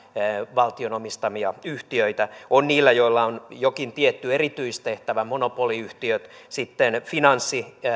valtion omistamia yhtiöitä on niitä joilla on jokin tietty erityistehtävä monopoliyhtiöitä sitten finanssi